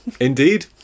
Indeed